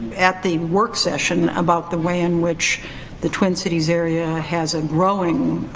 at the work session about the way in which the twin cities area has a growing